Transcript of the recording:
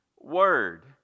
word